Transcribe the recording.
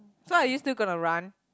so are you still gonna run